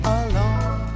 alone